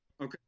Okay